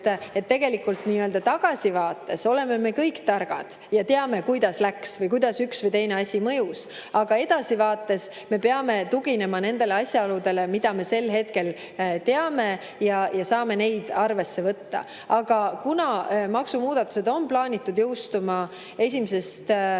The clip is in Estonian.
eelmises küsimuses: tagasivaates oleme me kõik targad ja teame, kuidas läks või kuidas üks või teine asi mõjus, aga edasivaates me peame tuginema nendele asjaoludele, mida me sel hetkel teame ja mida saame arvesse võtta. Maksumuudatused on plaanitud jõustuma 1. jaanuarist